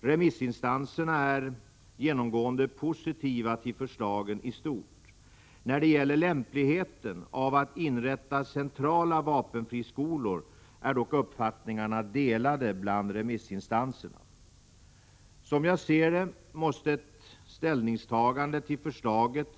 Remissinstanserna är genomgående positiva till förslagen i stort. När det gäller lämpligheten av att inrätta centrala vapenfriskolor är dock uppfattningarna delade bland remissinstanserna. Som jag ser det måste ett ställningstagande till förslaget